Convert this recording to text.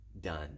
done